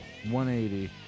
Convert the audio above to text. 180